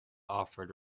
offered